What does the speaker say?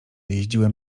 jeździłem